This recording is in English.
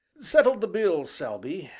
settle the bill, selby,